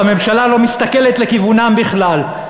והממשלה לא מסתכלת לכיוונם בכלל,